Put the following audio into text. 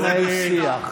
אתה מבלבל את המוח.